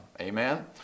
Amen